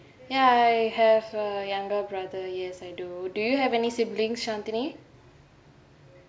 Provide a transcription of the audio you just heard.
ya I have a younger brother yes I do do you have any siblings shanthini